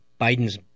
Biden's